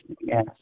Yes